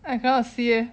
I cannot see eh